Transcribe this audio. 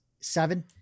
seven